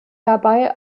dabei